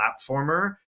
platformer